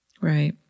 Right